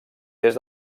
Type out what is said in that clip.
des